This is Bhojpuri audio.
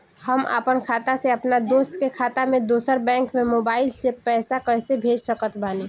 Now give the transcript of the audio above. हम आपन खाता से अपना दोस्त के खाता मे दोसर बैंक मे मोबाइल से पैसा कैसे भेज सकत बानी?